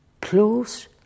close